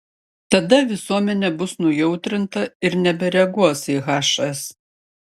tada visuomenė bus nujautrinta ir nebereaguos į hs